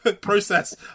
process